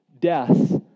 Death